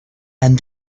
and